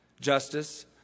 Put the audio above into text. Justice